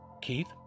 Keith